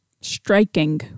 Striking